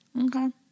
Okay